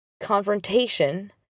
confrontation